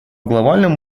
глобальном